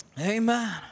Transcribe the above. Amen